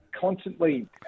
constantly